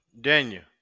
Daniel